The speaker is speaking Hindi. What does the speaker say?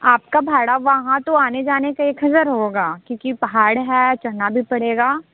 आपका भाड़ा वहाँ तो आने जाने से एक हज़ार होगा क्योंकि पहाड़ है चढ़ना भी पड़ेगा